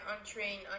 untrained